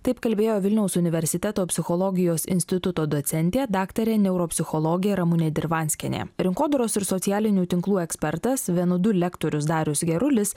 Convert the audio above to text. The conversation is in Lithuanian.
taip kalbėjo vilniaus universiteto psichologijos instituto docentė daktarė neuropsichologė ramunė dirvanskienė rinkodaros ir socialinių tinklų ekspertas venudu lektorius darius gerulis